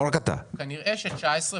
כנראה ש-2019,